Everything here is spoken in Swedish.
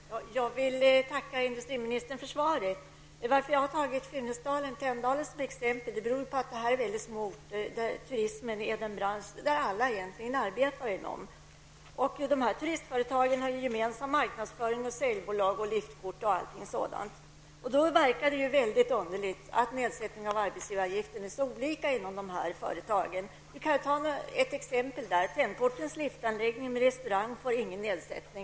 Herr talman! Jag vill tacka industrimininstern för svaret. Jag har tagit Funäsdalen-Tänndalen som exempel, eftersom de är små orter där turismen är den bransch som alla arbetar inom. Dessa turistföretag har gemensam marknadsföring, säljbolag, liftkort osv. Det verkar då underligt att nedsättningen av arbetsgivaravgiften är så olika inom de olika företagen. T.ex. Tännportens liftanläggning med restaurang får inte någon nedsättning.